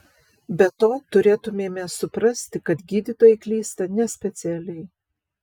be to turėtumėme suprasti kad gydytojai klysta nespecialiai